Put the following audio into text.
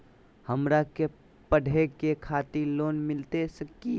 हमरा के पढ़े के खातिर लोन मिलते की?